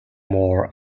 more